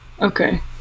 Okay